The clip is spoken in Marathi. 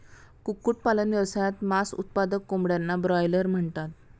कुक्कुटपालन व्यवसायात, मांस उत्पादक कोंबड्यांना ब्रॉयलर म्हणतात